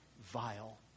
vile